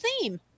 theme